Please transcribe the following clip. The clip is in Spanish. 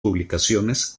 publicaciones